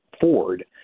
Ford